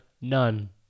None